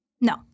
No